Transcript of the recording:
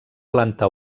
planta